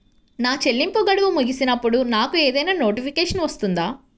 నా చెల్లింపు గడువు ముగిసినప్పుడు నాకు ఏదైనా నోటిఫికేషన్ వస్తుందా?